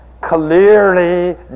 clearly